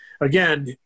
Again